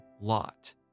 Lot